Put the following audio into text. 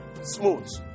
smooth